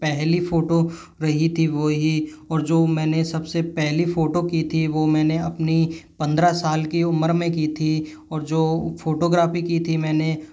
पहली फोटो रही थी वही और जो मैंने सबसे पहली फोटो की थी वह मैंने अपनी पंद्रह साल की उम्र में की थी और जो फ़ोटोग्राफी की थी मैंने